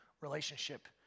relationship